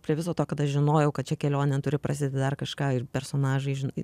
prie viso to kad aš žinojau kad čia kelionė turi prasidėt dar kažką ir personažai žinai